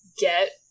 get